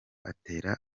atera